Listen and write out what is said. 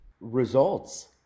Results